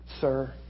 Sir